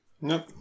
Nope